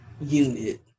unit